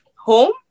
Home